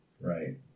Right